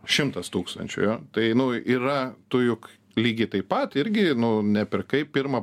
šimtas tūkstančių jo tai nu yra tu juk lygiai taip pat irgi nu nepirkai pirmą